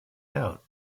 out